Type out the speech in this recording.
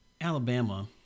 Alabama